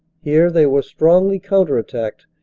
here they were strongly counter attacked,